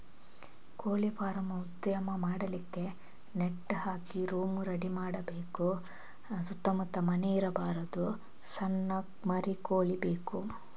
ಕೋಳಿ ಫಾರಂ ಉದ್ಯಮ ಮಾಡಲಿಕ್ಕೆ ಏನು ವ್ಯವಸ್ಥೆ ಮಾಡಬೇಕು?